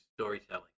storytelling